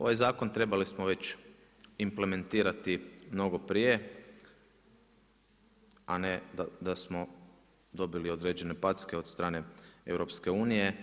Ovaj zakon trebali smo već implementirati mnogo prije, a ne da smo dobili određene packe od strane EU.